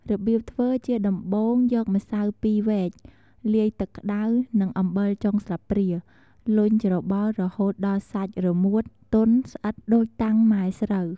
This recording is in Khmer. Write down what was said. របៀបធ្វើ ជាដំបូង យកម្សៅពីរវែក លាយទឹកក្តៅ និងអំបិលចុងស្លាបព្រា លុញច្របល់ រហូតដល់សាច់រមួត ទន់ ស្អិត ដូចតាំងម៉ែស្រូវ។